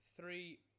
three